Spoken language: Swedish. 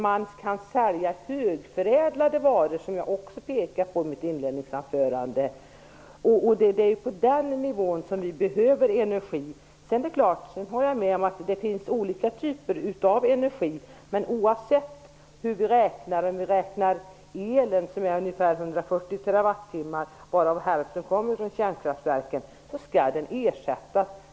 Men som jag påpekade i mitt inledningsanförande är det viktigt att man kan sälja högförädlade varor, och det är på den nivån som vi behöver energi. Men oavsett hur vi räknar -- elen ligger t.ex. på 140 TWh, varav hälften kommer från kärnkraftverken -- så skall den energin ersättas.